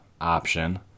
option